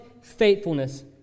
faithfulness